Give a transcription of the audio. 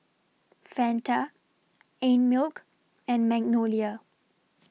Fanta Einmilk and Magnolia